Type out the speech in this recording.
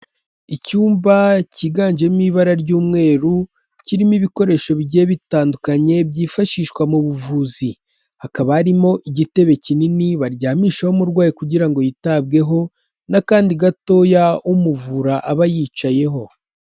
Icyumba cyiganjemo ibara ry'umweru, kirimo ibikoresho bigiye bitandukanye byifashishwa mu buvuzi. Hakaba harimo igitebe kinini baryamishaho umurwayi kugira ngo yitabweho n'akandi gatoya umuvura aba yicayeho.